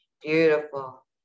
beautiful